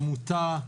עמותה,